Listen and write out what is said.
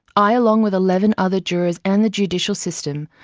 i, along with eleven other jurors and the judicial system,